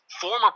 former